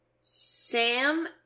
Sam